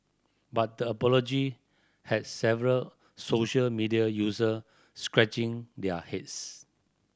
but the apology had several social media user scratching their heads